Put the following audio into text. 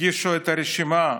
הגישו את הרשימה,